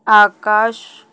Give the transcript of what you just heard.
आकाश